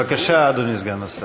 בבקשה, אדוני סגן השר.